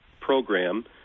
program